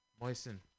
Moisten